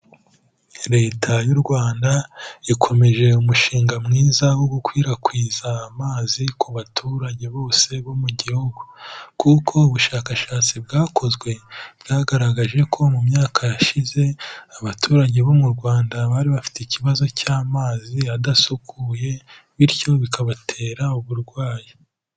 Leta y'u Rwanda ikomeje umushinga mwiza wo gukwirakwiza amazi ku baturage bose bo mu gihugu kuko ubushakashatsi bwakozwe, bwagaragaje ko mu myaka yashize abaturage bo mu Rwanda bari bafite ikibazo cy'amazi adasukuye bityo bikabatera uburwayi.